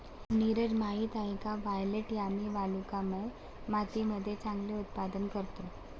नीरज माहित आहे का वायलेट यामी वालुकामय मातीमध्ये चांगले उत्पादन करतो?